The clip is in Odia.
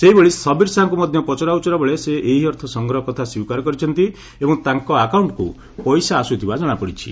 ସେହିଭଳି ସବିର ଶାହାଙ୍କୁ ମଧ୍ୟ ପଚରା ଉଚରାବେଳେ ସେ ଏହି ଅର୍ଥ ସଂଗ୍ରହ କଥା ସ୍ୱୀକାର କରିଛନ୍ତି ଏବଂ ତାଙ୍କ ଆକାଉଣ୍ଟ୍କୁ ପଇସା ଆସୁଥିବା ଜଣାପଡ଼ିଛି